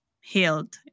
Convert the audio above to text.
healed